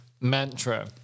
mantra